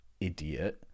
idiot